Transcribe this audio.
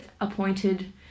appointed